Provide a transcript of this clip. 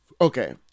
Okay